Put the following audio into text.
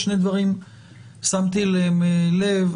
שני דברים ששמתי אליהם לב,